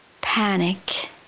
panic